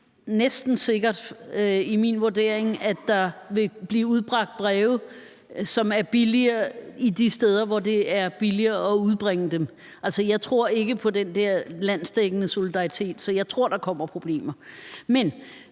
næsten sikkert, at der vil blive udbragt breve billigere de steder, hvor det er billigere at udbringe dem. Jeg tror ikke på den landsdækkende solidaritet, så jeg tror, der kommer problemer.